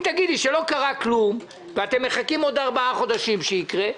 מכינים לממשלה החלטה,